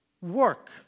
work